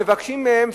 מבקשים מהם,